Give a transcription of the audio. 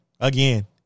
Again